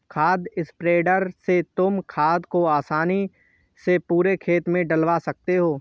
खाद स्प्रेडर से तुम खाद को आसानी से पूरे खेत में डलवा सकते हो